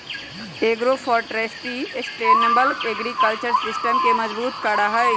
agroforestry sustainable agriculture system के मजबूत करा हई